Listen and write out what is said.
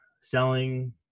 selling